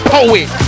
Poet